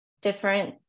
different